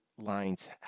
lines